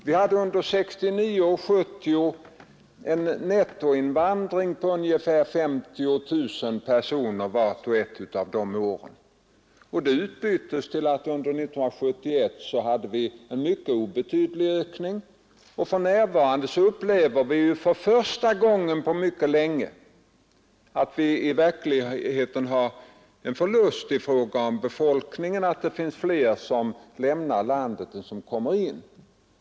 Vi hade under 1969 och 1970 en nettoinvandring på ungefär 50 000 personer per år. Under 1971 hade vi däremot en mycket obetydlig ökning, och för närvarande upplever vi för första gången på mycket länge att vi har förlust i fråga om befolkningen — de människor som lämnar landet är fler än de som kommer in.